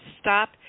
stop